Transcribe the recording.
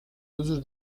özür